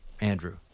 Andrew